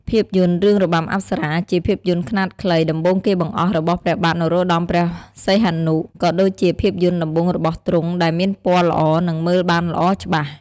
ភាពយន្ត រឿងរបាំអប្សរា ជាភាពយន្តខ្នាតខ្លីដំបូងគេបង្អស់របស់ព្រះបាទនរោត្តមព្រះសីហនុ ក៏ដូចជាភាពយន្តដំបូងររបស់ទ្រង់ដែលមានពណ៌ល្អនិងមើលបានល្អច្បាស់។